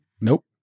Nope